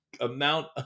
amount